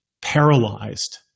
paralyzed